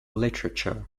literature